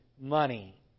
money